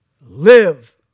live